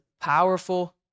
powerful